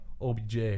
OBJ